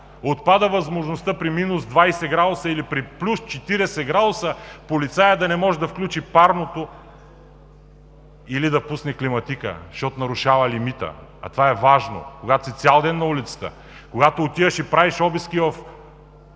отпада възможността при минус 20 градуса или при плюс 40 градуса полицаят да не може да включи парното или да пусне климатика, защото нарушава лимита. А това е важно, когато си цял ден на улицата, когато отиваш и правиш обиски в